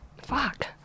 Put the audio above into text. fuck